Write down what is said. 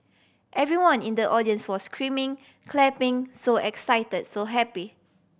everyone in the audience was screaming clapping so excited so happy